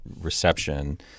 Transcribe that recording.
reception